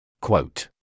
Quote